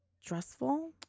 stressful